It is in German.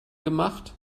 gemacht